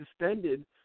suspended